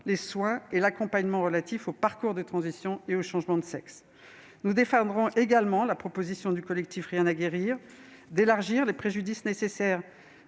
les soins et l'accompagnement relatifs au parcours de transition et au changement de sexe. Nous défendrons également la proposition du collectif Rien à guérir d'élargir les préjudices nécessaires